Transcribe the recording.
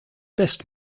best